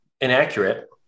inaccurate